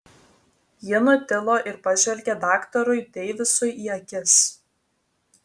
ji nutilo ir pažvelgė daktarui deivisui į akis